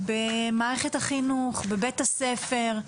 במערכת החינוך, בבית הספר.